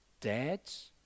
dads